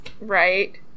Right